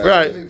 Right